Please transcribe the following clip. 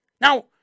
Now